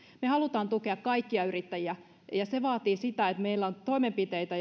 me haluamme tukea kaikkia yrittäjiä ja se vaatii sitä että meillä on toimenpiteitä